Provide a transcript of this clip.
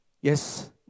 Yes